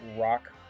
rock